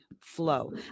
flow